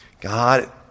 God